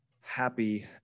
happy